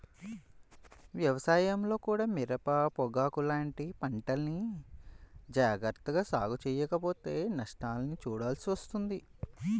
వ్యవసాయంలో కూడా మిరప, పొగాకు లాంటి పంటల్ని జాగర్తగా సాగు చెయ్యకపోతే నష్టాల్ని చూడాల్సి వస్తుంది